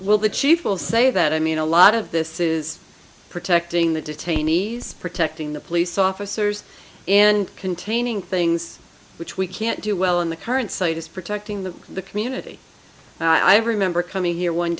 will the chief will say that i mean a lot of this is protecting the detainees protecting the police officers and containing things which we can't do well in the current site is protecting the the community i remember coming here one